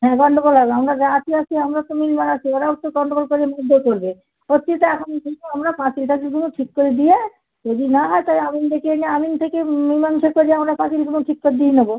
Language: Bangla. হ্যাঁ গন্ডগোল হবে আমরা যা আছি আছি আমরা তো মিল মাল আছি ওরা তো গন্ডগোল করে করবে সত্যি তো এখন আমরা পাঁচিল টাচিলগুলো ঠিক করে দিয়ে যদি না হয় তালে আমিন ডেকে এনে আমিন থেকে মীমাংসা করলে আমরা পাঁচিলগুলো ঠিক করে দিয়ে নেবো